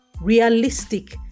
realistic